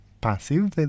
passive